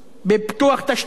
במערכת חינוך,